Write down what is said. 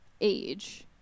age